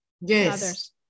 Yes